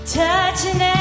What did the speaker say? touching